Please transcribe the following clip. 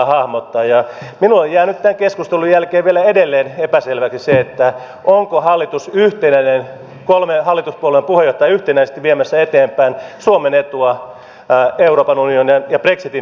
minulle jää nyt tämän keskustelun jälkeen vielä edelleen epäselväksi se onko hallitus yhtenäinen kolme hallituspuolueen puheenjohtajaa yhtenäisesti viemässä eteenpäin suomen etua euroopan unionin ja brexitin yhteydessä